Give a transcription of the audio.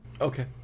Okay